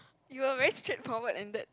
you're very straight forward in that